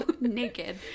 naked